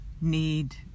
need